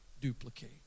duplicate